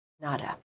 nada